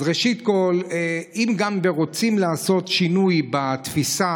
אז ראשית כול, גם אם רוצים לעשות שינוי בתפיסה,